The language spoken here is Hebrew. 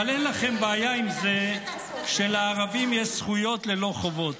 אבל אין לכם בעיה עם זה שלערבים יש זכויות ללא חובות.